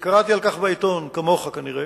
כשקראתי על כך בעיתון, כנראה